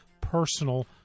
personal